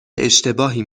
اشتباهی